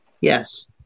Yes